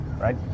right